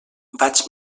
vaig